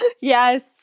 Yes